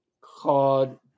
called